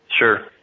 Sure